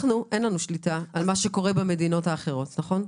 לנו אין שליטה על מה שקורה במדינות אחרות, נכון?